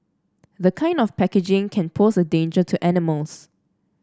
the kind of packaging can pose a danger to animals